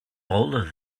older